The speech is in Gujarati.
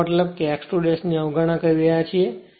મારો મતલબ કે આપણે x 2 ની અવગણના કરી રહ્યા છીએ